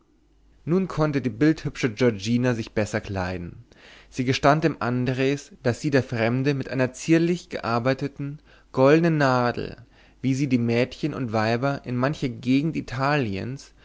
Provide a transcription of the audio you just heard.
nun konnte die bildhübsche giorgina sich besser kleiden sie gestand dem andres daß sie der fremde mit einer zierlich gearbeiteten goldnen nadel wie sie die mädchen und weiber in mancher gegend italiens